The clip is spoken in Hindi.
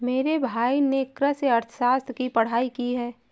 मेरे भाई ने कृषि अर्थशास्त्र की पढ़ाई की है